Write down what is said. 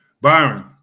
Byron